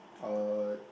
uh